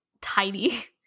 tidy